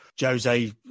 Jose